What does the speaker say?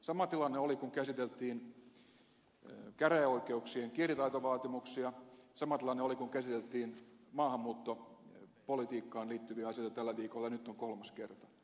sama tilanne oli kun käsiteltiin käräjäoikeuksien kielitaitovaatimuksia sama tilanne oli kun käsiteltiin maahanmuuttopolitiikkaan liittyviä asioita tällä viikolla ja nyt on kolmas kerta